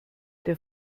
der